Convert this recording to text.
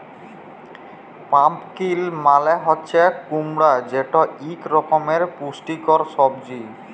pumpkin মালে হছে কুমড়া যেট ইক রকমের পুষ্টিকর সবজি